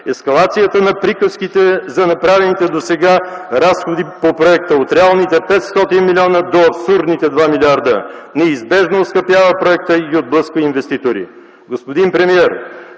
ескалацията на приказките за направени досега разходи по проекта от реалните 500 милиона до абсурдните 2 милиарда, неизбежно оскъпява проекта и отблъсква инвеститори. Господин премиер,